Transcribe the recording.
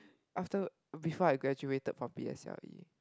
after before I graduated from P_S_L_E